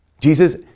Jesus